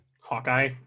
Hawkeye